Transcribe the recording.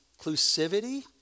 inclusivity